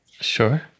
sure